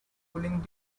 cooling